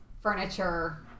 furniture